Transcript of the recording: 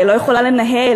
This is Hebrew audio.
היא לא יכולה לנהל,